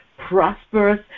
prosperous